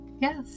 Yes